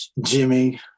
Jimmy